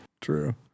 True